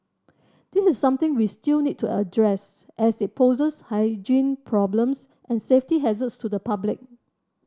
this is something we still need to address as it poses hygiene problems and safety hazards to the public